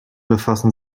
befassen